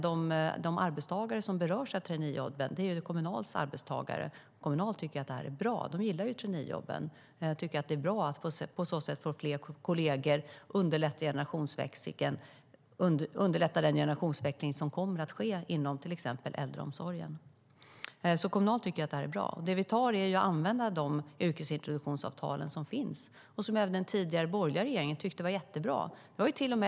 De arbetstagare som berörs av traineejobben är Kommunals arbetstagare, och Kommunal tycker att det är bra. De gillar traineejobben och tycker att det är bra att på så sätt få kolleger och underlätta den generationsväxling som kommer att ske inom till exempel äldreomsorgen. Kommunal tycker att det är bra. Vi använder de yrkesintroduktionsavtal som finns och som även den tidigare borgerliga regeringen tyckte var jättebra.